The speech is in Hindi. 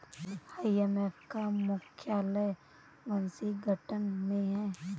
आई.एम.एफ का मुख्यालय वाशिंगटन में है